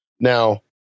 now